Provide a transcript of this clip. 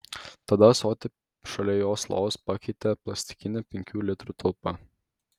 tada ąsotį šalia jos lovos pakeitė plastikinė penkių litrų talpa